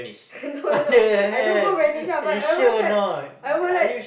no no no I don't go vanish lah but I was like I would like